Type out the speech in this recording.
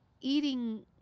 eating